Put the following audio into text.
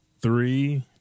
Three